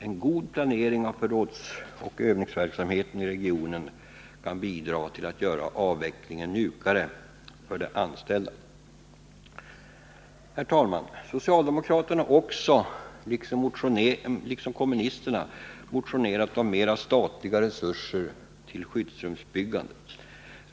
En god planering av förrådsoch övningsverksamheten i regionen kan bidra till att göra avvecklingen mjukare för de anställda. Socialdemokraterna har också, liksom kommunisterna, motionerat om mera statliga resurser till skyddsrumsbyggande.